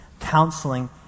counseling